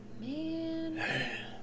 Man